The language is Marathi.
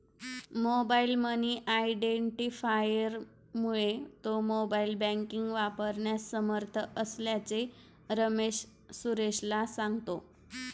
मोबाईल मनी आयडेंटिफायरमुळे तो मोबाईल बँकिंग वापरण्यास समर्थ असल्याचे रमेश सुरेशला सांगतो